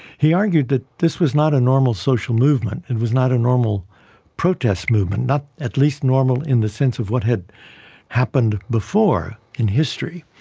he argued that this was not a normal social movement, it was not a normal protest movement, not at least normal in the sense of what had happened before in history.